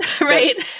Right